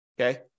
okay